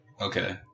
Okay